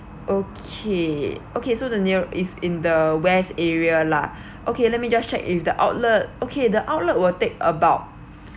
okay okay so the near is in the west area lah okay let me just check if the outlet okay the outlet will take about